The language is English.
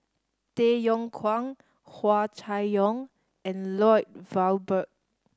Tay Yong Kwang Hua Chai Yong and Lloyd Valberg